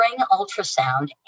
ultrasound